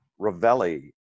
Ravelli